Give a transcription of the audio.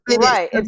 Right